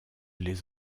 les